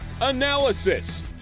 analysis